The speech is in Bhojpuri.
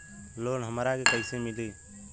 लोन हमरा के कईसे मिली?